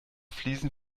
fliesen